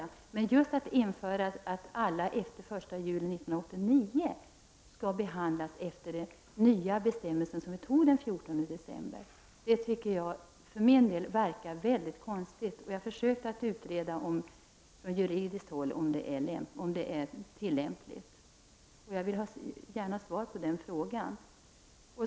Men det verkar för mig mycket konstigt att bestämma att alla som har kommit till Sverige efter den 1 juli 1989 skall behandlas enligt den nya bestämmelse som beslöts den 14 december. Jag har på juridiskt håll försökt att ta reda på om detta är tillämpligt. Jag vill gärna ha svar på den frågan.